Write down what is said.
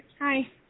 Hi